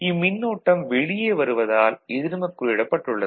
இம்மின்னோட்டம் வெளியே வருவதால் எதிர்மக்குறியிடப்பட்டுள்ளது